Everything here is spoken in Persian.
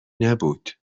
نبود